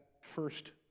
first